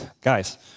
guys